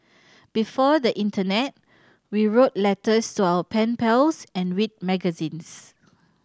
before the Internet we wrote letter so our pen pals and read magazines